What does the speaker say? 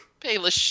Payless